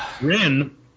Rin